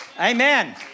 Amen